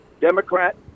Democrat